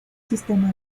sistema